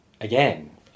again